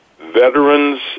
veterans